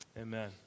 Amen